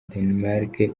danemark